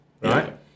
right